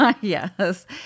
Yes